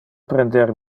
prender